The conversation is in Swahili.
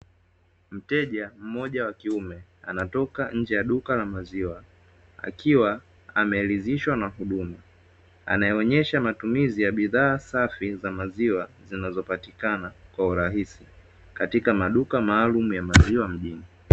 Mteja mmoja wa kiume anatoka nje ya duka la maziwa, akiwa ameridhishwa na huduma, anayeonyesha matumizi ya bidhaa safi za maziwa zinazopatikana kwa urahisi katika maduka maalumu ya maziwa mjini.